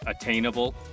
attainable